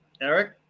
Eric